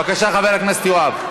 בבקשה, חבר הכנסת יואב.